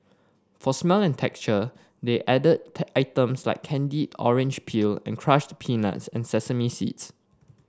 for smell and texture they added items like candied orange peel and crushed peanuts and sesame seeds